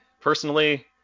personally